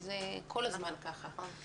זה כל הזמן כך.